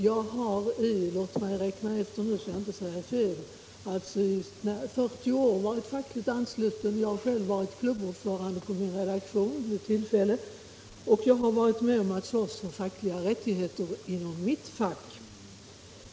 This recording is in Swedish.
Jag har, om jag tänker efter, i 40 år varit fackligt ansluten. Jag har själv varit klubbordförande på min redaktion och jag har varit med om att slåss för fackliga rättigheter inom mitt fack.